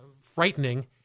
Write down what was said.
frightening